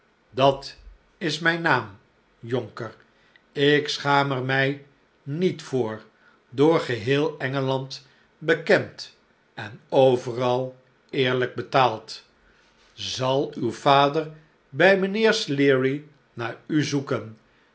dat is mijn naam jonker ik schaam er mij niet voor door geheel engeland bekend en overal eerlijk betaald zal uw vader bij mijnheer sleary naar u zoeken